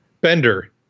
Bender